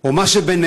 או מה שביניהם.